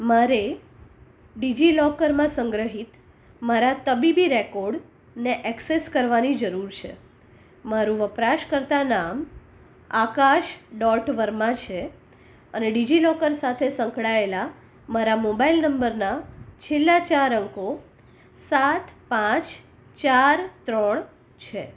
મારે ડીજીલોકરમાં સંગ્રહિત મારા તબીબી રેકોર્ડને એક્સેસ કરવાની જરૂર છે મારું વપરાશ કર્તા નામ આકાશ ડોટ વર્મા છે અને ડીજીલોકર સાથે સંકળાએલા મારા મોબાઈલ નંબરના છેલ્લાં ચાર અંકો સાત પાંચ ચાર ત્રણ છે